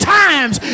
times